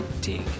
dig